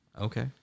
Okay